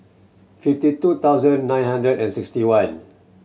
fifty two thousand nine hundred and sixty one